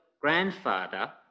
grandfather